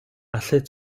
allet